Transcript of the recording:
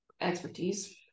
expertise